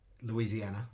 Louisiana